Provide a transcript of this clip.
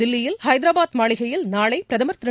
கில்லியில் கூறதரபாத் மாளிகையில் நாளைபிரதமர் திரு